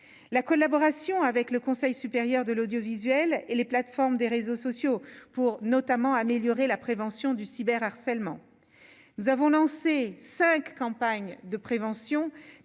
la collaboration avec le Conseil supérieur de l'audiovisuel et les plateformes des réseaux sociaux pour notamment améliorer la prévention du cyber harcèlement, nous avons lancé 5 campagnes de prévention